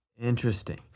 Interesting